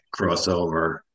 crossover